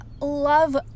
love